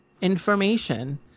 information